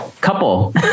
couple